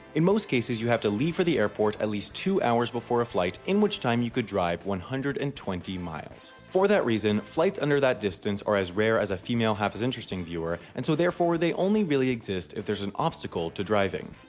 in most cases you have to leave for the airport at least two hours before a flight in which time you could drive one hundred and twenty miles. for that reason, flights under that distance are as rare as a female half as interesting viewer and so therefore they only really exist if there's an obstacle to driving.